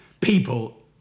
people